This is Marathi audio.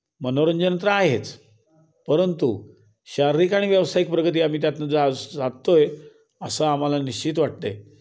मनोरंजन तर आहेच परंतु शारीरिक आणि व्यावसायिक प्रगती आम्ही त्यातनं जी साधतो आहे असं आम्हाला निश्चित वाटतं आहे